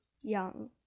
young